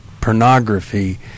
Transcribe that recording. pornography